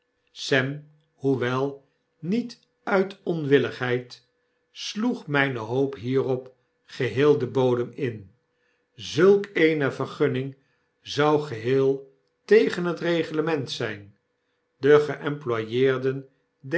sett hoewel niet uit onwiiligheid sloeg myne hoop hierop geheel den bodem in zulk eene vergunning zou geheel tegen het reglement zyn degeemployeerden der